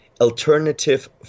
Alternative